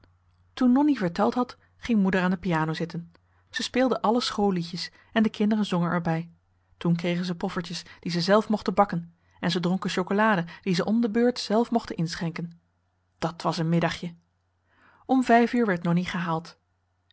toen nonnie verteld had ging moeder aan de piano zitten ze speelde alle schoolliedjes en de kinderen zongen er bij toen kregen ze poffertjes die ze zelf mochten bakken en ze dronken chocolade die ze om de beurt zelf mochten inschenken dat was een middagje om vijf uur werd nonnie gehaald